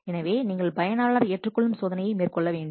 எனவே நீங்கள் பயனாளர் ஏற்றுக்கொள்ளும் சோதனையை மேற்கொள்ள வேண்டும்